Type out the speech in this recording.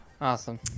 Awesome